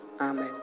Amen